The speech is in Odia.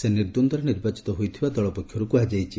ସେ ନିର୍ଦ୍ଦନ୍ଦରେ ନିର୍ବାଚିତ ହୋଇଥିବା ଦଳପକ୍ଷରୁ କୁହାଯାଇଛି